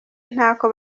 ntako